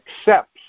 accepts